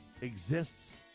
exists